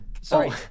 sorry